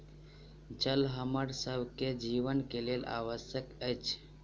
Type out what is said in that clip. जल हमरा सभ के जीवन के लेल आवश्यक अछि